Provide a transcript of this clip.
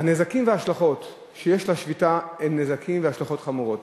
הנזקים וההשלכות שיש לשביתה הם נזקים והשלכות חמורים.